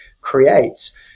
creates